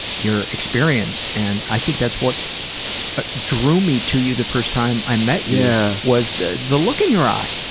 your experience. and i think that's what ah drew me to you the first time i met you yeah was the the look in your eye,